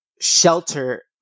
shelter